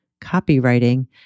copywriting